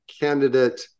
candidate